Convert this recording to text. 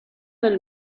del